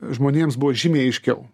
žmonėms buvo žymiai aiškiau